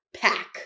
pack